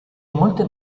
molte